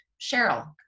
cheryl